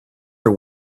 her